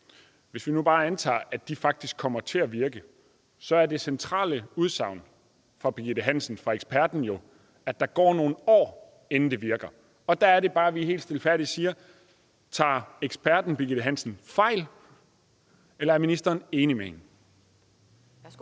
Hvis vi nu bare antager, at de faktisk kommer til at virke, så er det centrale udsagn fra Birgitte Hansen, fra eksperten, jo, at der går nogle år, inden det virker. Og der er det bare, at vi helt stilfærdigt spørger: Tager eksperten Birgitte Hansen fejl, eller er ministeren enig med hende?